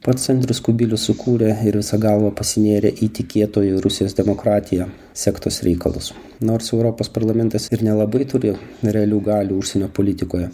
pats andrius kubilius sukūrė ir visa galva pasinėrė į tikėtoją į rusijos demokratiją sektos reikalus nors europos parlamentas ir nelabai turėjo realių galių užsienio politikoje